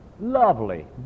lovely